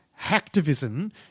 hacktivism